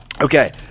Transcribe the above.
Okay